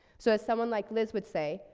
so as someone like liz would say,